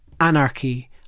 anarchy